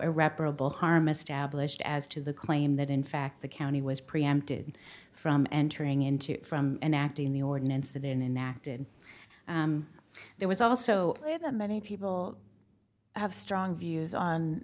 irreparable harm established as to the claim that in fact the county was preempted from entering into from enacting the ordinance that enact and there was also a way that many people have strong views on